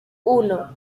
uno